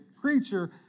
creature